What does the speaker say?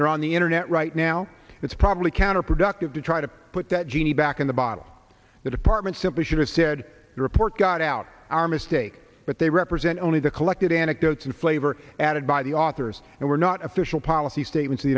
there on the internet right now it's probably counterproductive to try to put that genie back in the bottle the department simply should have said the report got out our mistake but they represent only the collected anecdotes and flavor added by the authors and were not official policy statements the